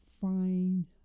Fine